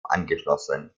angeschlossen